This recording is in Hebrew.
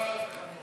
ההצעה להעביר